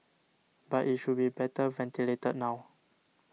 but it should be better ventilated now